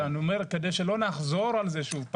אבל אני אומר, כדי שלא נחזור על זה שוב פעם,